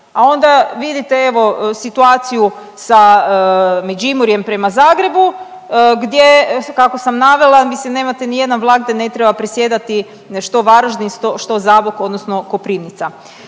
a onda vidite, evo, situaciju sa Međimurjem prema Zagrebu gdje kako sam navela, mislim nemate nijedan vlak da ne treba predsjedati, što Varaždin, što Zabok, odnosno Koprivnica.